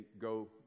go